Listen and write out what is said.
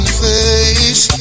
face